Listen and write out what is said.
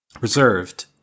Reserved